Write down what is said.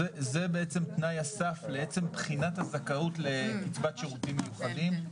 תנאי הסף לעצם בחינת הזכאות לקצבת שירותים מיוחדים.